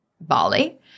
Bali